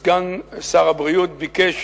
סגן שר הבריאות ביקש